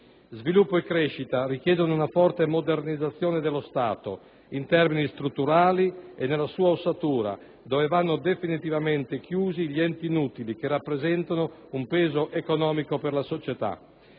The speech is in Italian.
Sviluppo e crescita richiedono una forte modernizzazione dello Stato, in termini strutturali e nella sua ossatura, dove vanno definitivamente chiusi gli enti inutili che rappresentano un peso economico per la società.